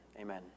amen